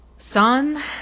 Son